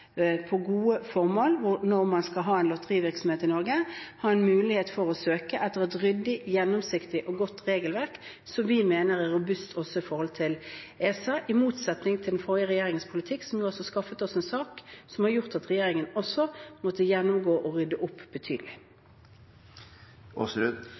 gode formål – når man har lotterivirksomhet i Norge, og ha mulighet til å søke ut fra et ryddig, gjennomsiktig og godt regelverk som vi mener er robust også i forhold til ESA, i motsetning til den forrige regjeringens politikk, som jo skaffet oss en sak som gjorde at regjeringen måtte gå inn og rydde opp betydelig.